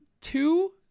two